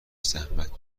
زحمت